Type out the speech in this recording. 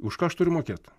už ką aš turiu mokėt